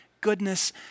goodness